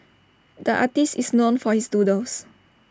the artist is known for his doodles